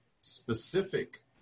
specific